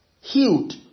Healed